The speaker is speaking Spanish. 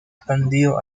expandido